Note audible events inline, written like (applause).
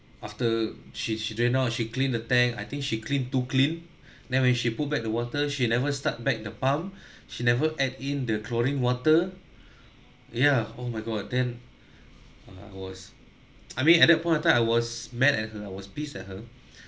after she she drained out she clean the tank I think she clean too clean (breath) then when she put back the water she never start back the pump (breath) she never add in the chlorine water ya oh my god then ah I was (noise) I mean at that point of time I was mad at her I was pissed at her